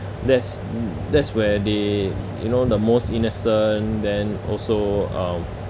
that's that's where the you know the most innocent then also um